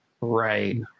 Right